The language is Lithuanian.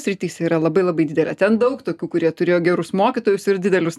srityse yra labai labai didelė ten daug tokių kurie turėjo gerus mokytojus ir didelius